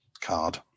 card